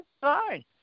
Fine